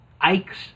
Ike's